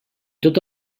tot